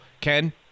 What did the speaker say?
Ken